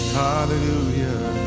hallelujah